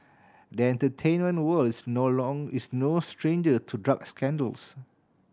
the entertainment world is no long is no stranger to drug scandals